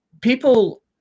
people